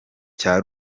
cya